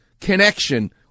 connection